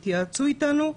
התייעצו איתנו.